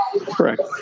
Correct